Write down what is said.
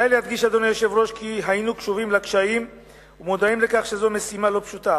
עלי להדגיש כי היינו קשובים לקשיים ומודעים לכך שזו משימה לא פשוטה,